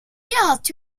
not